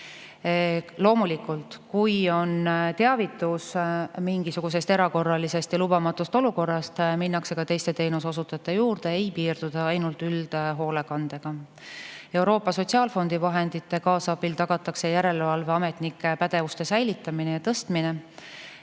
Loomulikult, kui on teavitus mingisugusest erakorralisest ja lubamatust olukorrast, minnakse ka teiste teenuseosutajate juurde, ei piirduta ainult üldhoolekandega. Euroopa Sotsiaalfondi vahendite kaasabil tagatakse järelevalveametnike pädevuse säilitamine ja tõstmine